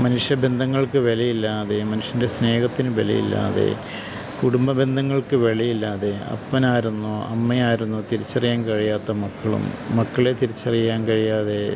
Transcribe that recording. മനുഷ്യബന്ധങ്ങൾക്ക് വിലയില്ലാതെയും മനുഷ്യൻ്റെ സ്നേഹത്തിന് വില ഇല്ലാതെ കുടുംബബന്ധങ്ങൾക്ക് വില ഇല്ലാതെ അപ്പനാരെന്നോ അമ്മയാരെന്നോ തിരിച്ചറിയാൻ കഴിയാത്ത മക്കളും മക്കളെ തിരിച്ചറിയാൻ കഴിയാതെ